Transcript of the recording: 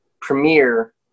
premiere